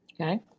Okay